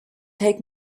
take